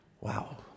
Wow